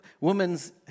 Women's